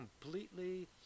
completely